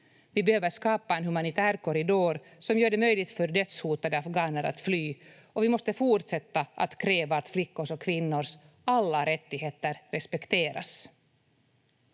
Vi behöver skapa en humanitär korridor som gör det möjligt för dödshotade afghaner att fly och vi måste fortsätta kräva att flickors och kvinnors alla rättigheter respekteras.